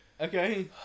Okay